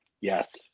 Yes